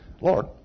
Lord